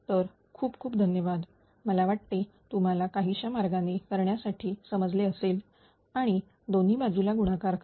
तर खूप खूप धन्यवाद मला वाटते तुम्हाला काहीशा मार्गाने करण्यासाठी समजले असेल आणि दोन्ही बाजूला गुणाकार करा